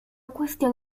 cuestión